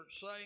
say